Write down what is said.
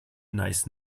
nice